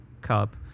cup